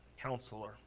Counselor